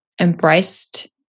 embraced